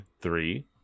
Three